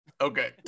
okay